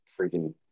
freaking